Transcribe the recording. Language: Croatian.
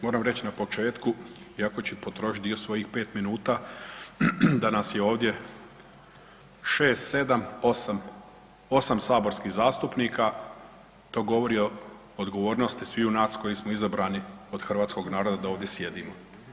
Moram reć na početku iako ću potrošit dio svojih 5 minuta, da nas je ovdje 6, 7, 8, 8 saborskih zastupnika, to govori o odgovornosti sviju nas koji smo izabrani od hrvatskog naroda da ovdje sjedimo.